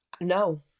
No